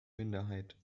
minderheit